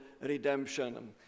redemption